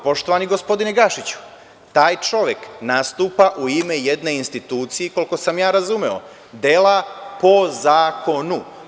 Poštovani gospodine Gašiću, taj čovek nastupa u ime jedne institucije, koliko sam ja razumeo, dela po zakonu.